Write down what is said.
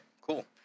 cool